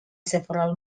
several